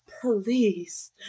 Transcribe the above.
please